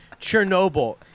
Chernobyl